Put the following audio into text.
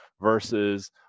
versus